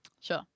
Sure